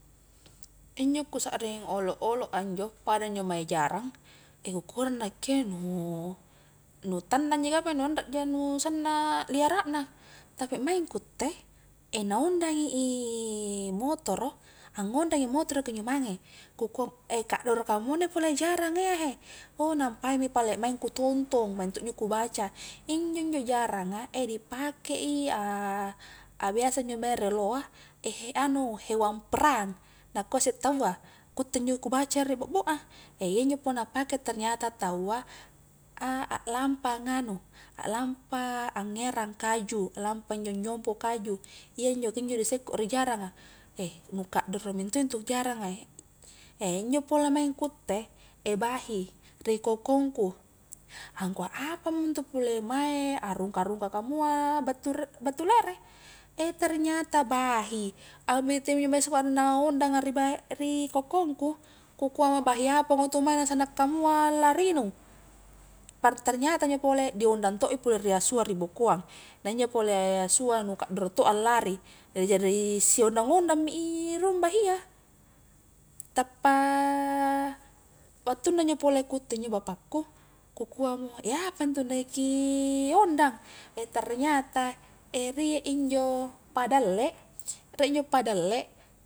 Injo kusakring olo-olo a injo pada injo mae jarang, kukuarek nakke nu nu tannang ji kapang nu anre ja nu sanna liara na tapi maing ku utte, na ondangi i motoro angngondangi motoro kunjo mange ku kua kaddoro kamua inni pole jaranga iya he ouh nampai mi pale ku tontong maing to injo ku baca injo-njo jarangan di pakei a biasa injo mae rioloa anu hewang perang nakua isse taua, ku utte injo ku baca ri bobbo a, ianjo punna pake ternyata taua, a-aklampa nganu, aklampa angngerang kaju, lampa injo nyompo kaju, iyanjo kunjo di sekko ri jaranganga, nu kaddoro mento intu jaranga injo pole maing ku utte bahi, ri kokong ku, angkua apamo intu pole mae, arungka-rungka kamua battu lere, ternayata bahi, ri kokongku, ku kua bahi apako tumae na sanna kamua larinu, ternayat injo pole di ondag to i pole ri asua ri bokoang, na injo pole asua nu kaddoro to allari, jari si ondang-ondnag mi i rung bahia, tappa, wattu na injo pole ku utte injo bapakku ku kua mo apa intu na ki ondang, ternyata riek injo padalle, riek injo padalle